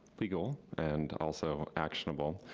legal and also actionable,